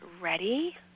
ready